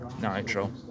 Nitro